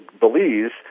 Belize